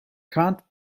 can’t